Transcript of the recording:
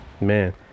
Man